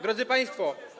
Drodzy Państwo!